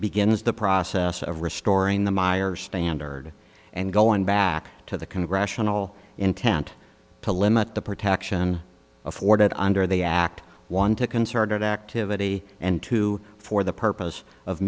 begins the process of restoring the miers standard and going back to the congressional intent to limit the protection afforded under the act one to concerted activity and two for the purpose of